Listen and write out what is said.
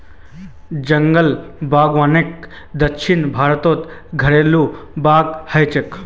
जंगल बागवानीक दक्षिण भारतत घरेलु बाग़ कह छे